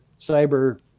cyber